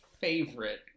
favorite